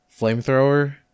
Flamethrower